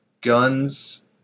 guns –